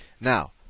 Now